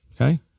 Okay